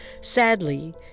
Sadly